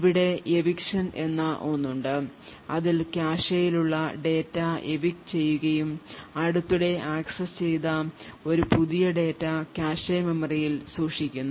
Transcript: ഇവിടെ eviction എന്ന ഒന്നുണ്ട് അതിൽ കാഷെയിലുള്ള ഡാറ്റ evict ചെയ്യുകയും അടുത്തിടെ ആക്സസ് ചെയ്ത ഒരു പുതിയ ഡാറ്റ കാഷെ മെമ്മറിയിൽ സൂക്ഷിക്കുന്നു